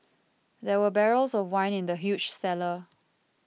there were barrels of wine in the huge cellar